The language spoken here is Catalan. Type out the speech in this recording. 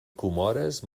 comores